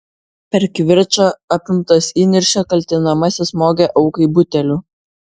per kivirčą apimtas įniršio kaltinamasis smogė aukai buteliu